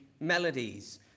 melodies